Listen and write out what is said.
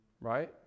Right